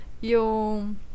yung